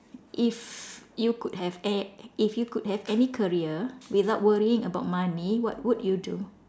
if you could have a~ if you could have any career without worrying about money what would you do